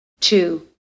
Two